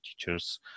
teachers